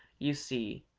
you see,